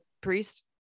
priest